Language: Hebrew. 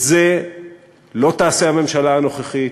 את זה לא תעשה הממשלה הנוכחית,